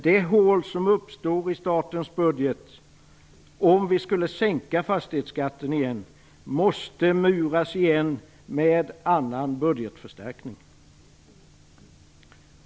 Det hål som uppstår i statens budget om vi skulle sänka fastighetsskatten igen måste muras igen med annan budgetförstärkning.